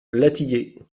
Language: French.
latillé